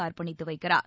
அர்ப்பணித்து வைக்கிறார்